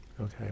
Okay